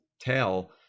tell